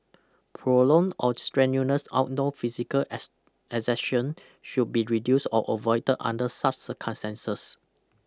prolonged or strenuous outdoor physical as exertion should be reduced or avoided under such circumstances